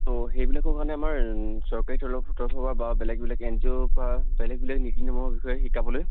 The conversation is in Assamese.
তো সেইবিলাকৰ কাৰণে আমাৰ চৰকাৰী তৰফ তৰফৰ পৰাও বা বেলেগ বেলেগ এন জি অ'ৰ পৰা বেলেগ বেলেগ নীতি নিয়মৰ বিষয়ে শিকাবলৈ